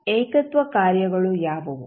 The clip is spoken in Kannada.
ಏಕತ್ವ ಕಾರ್ಯಗಳು ಯಾವುವು